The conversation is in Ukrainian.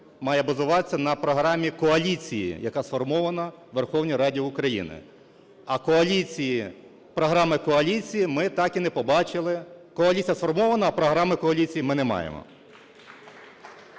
має базуватися на програмі коаліції, яка сформована у Верховній Раді України. А коаліції… програми коаліції ми так і не побачили. Коаліція сформована, а програми коаліції ми не маємо.